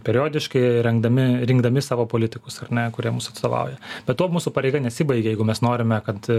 periodiškai rengdami rinkdami savo politikus ar ne kurie mus atstovauja be to mūsų pareiga nesibaigia jeigu mes norime kad